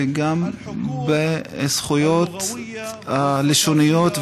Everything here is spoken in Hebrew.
וגם בזכויות הלשוניות,